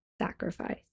sacrifice